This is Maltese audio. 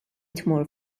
tmur